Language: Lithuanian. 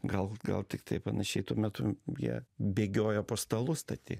gal gal tiktai panašiai tuo metu jie bėgiojo po stalu stati